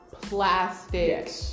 plastic